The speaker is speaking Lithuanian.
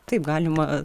taip galima